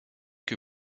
que